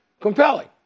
compelling